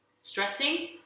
stressing